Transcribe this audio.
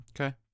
Okay